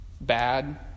bad